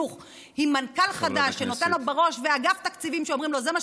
לאותן כיתות שבונים להם עכשיו במאות מיליונים,